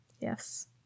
Yes